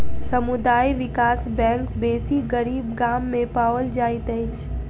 समुदाय विकास बैंक बेसी गरीब गाम में पाओल जाइत अछि